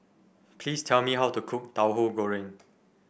please tell me how to cook Tauhu Goreng